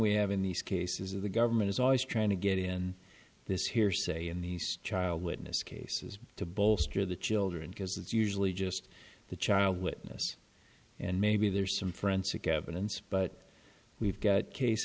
we have in these cases of the government is always trying to get in this hearsay in these child witness cases to bolster the children because it's usually just the child witness and maybe there's some forensic evidence but we've got case